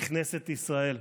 לכנסת ישראל.